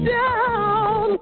down